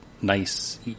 nice